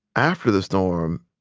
after the storm,